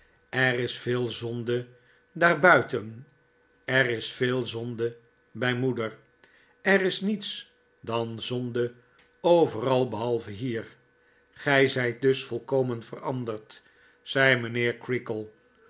er is veel zonde daarbuiten er is veel zonde bij moeder er is niets dan zonde overal behalve hier gij zijt dus volkomen veranderd zei mijnheer